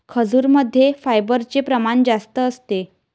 खजूरमध्ये फायबरचे प्रमाण जास्त असते